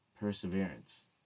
Perseverance